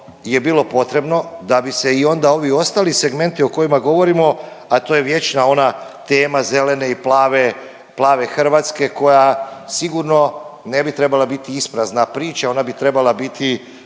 je bilo potrebno da bi se i onda ovi ostali segmenti o kojima govorimo, a to je vječna ona tema zelene i plave, plave Hrvatske koja sigurno ne bi trebala biti isprazna priča, ona bi trebala biti,